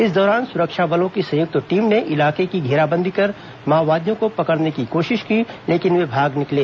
इस दौरान सुरक्षा बलों की संयुक्त टीम ने इलाके की घेराबंदी कर माओवादियों को पकड़ने की कोशिश लेकिन वे भाग निकले